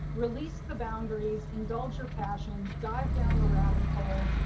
release the boundaries indulge your passions dive down the rabbit hole,